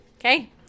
Okay